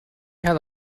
had